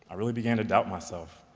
ah really began to doubt myself.